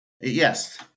Yes